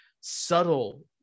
subtle